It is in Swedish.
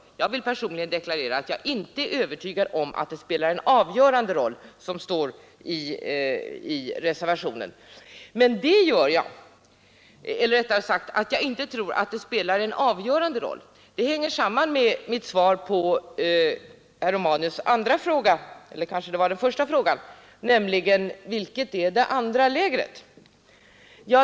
Jag vill emellertid personligen deklarera att jag inte är övertygad om att det spelar en avgörande roll — som det står i reservationen. Och orsaken till att jag inte tror det sammanhänger med mitt svar på herr Romanus” fråga: Vilket är det andra lägret?